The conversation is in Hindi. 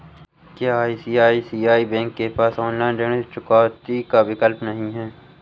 क्या आई.सी.आई.सी.आई बैंक के पास ऑनलाइन ऋण चुकौती का विकल्प नहीं है?